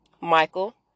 Michael